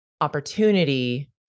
opportunity